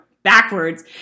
Backwards